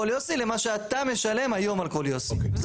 יוסי למה שאתה משלם היום על כל יוסי וזהו.